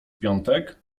piątek